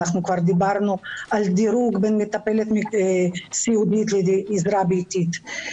כבר דיברנו על דירוג בין מטפלת סיעודית לעזרה ביתית.